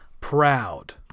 proud